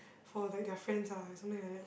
for like their friends ah or something like that